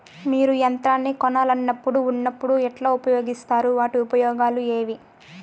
మీరు యంత్రాన్ని కొనాలన్నప్పుడు ఉన్నప్పుడు ఎట్లా ఉపయోగిస్తారు వాటి ఉపయోగాలు ఏవి?